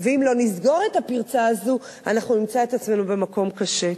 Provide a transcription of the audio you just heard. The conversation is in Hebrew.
ואם לא נסגור את הפרצה הזו אנחנו נמצא את עצמנו במקום קשה.